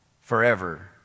Forever